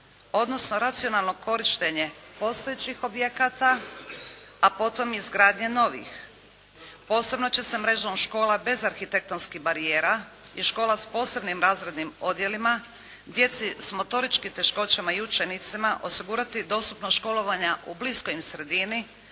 odnosno racionalno korištenje postojećih objekata, a potom i izgradnja novih. Posebnom će se mrežom škola bez arhitektonskih barijera i škola s posebnim razrednim odjelima djeci s motoričkim teškoćama i učenicima osigurati dostupnost školovanja u bliskoj im sredini,